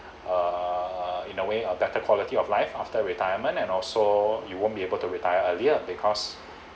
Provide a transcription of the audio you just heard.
err in a way of better quality of life after retirement and also you won't be able to retire earlier because